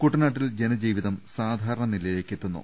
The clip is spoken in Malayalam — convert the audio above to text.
കുട്ട നാട്ടിൽ ജന ജീ വിതം സാധാര്ണ നിലയിലേക്ക് എത്തുന്നു